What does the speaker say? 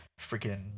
freaking